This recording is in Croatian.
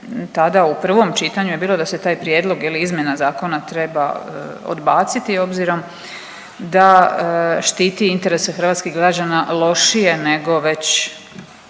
tada u prvom čitanju je bilo da se taj prijedlog, je li, izmjena zakona treba odbaciti obzirom da štiti interese hrvatskih građana lošije nego već